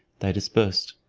they dispersed.